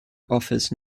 offers